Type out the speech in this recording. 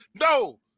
No